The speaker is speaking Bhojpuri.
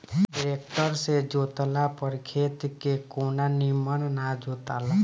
ट्रेक्टर से जोतला पर खेत के कोना निमन ना जोताला